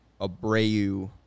Abreu